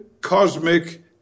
cosmic